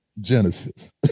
Genesis